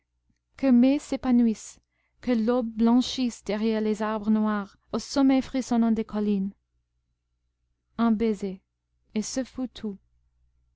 que mai s'épanouisse que l'aube blanchisse derrière les arbres noirs au sommet frissonnant des collines un baiser et ce fut